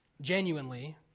genuinely